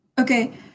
Okay